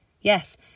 Yes